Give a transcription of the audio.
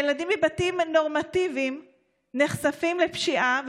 ילדים מבתים נורמטיביים נחשפים לפשיעה,